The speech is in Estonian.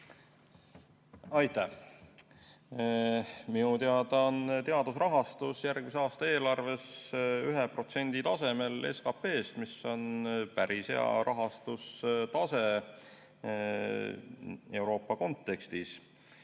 jäeti? Minu teada on teadusrahastus järgmise aasta eelarves tasemel 1% SKP‑st, mis on päris hea rahastustase Euroopa kontekstis.